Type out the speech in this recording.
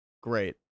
great